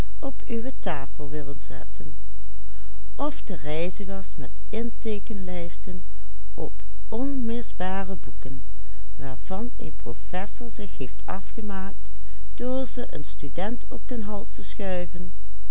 op onmisbare boeken waarvan een professor zich heeft afgemaakt door ze een student op den hals te schuiven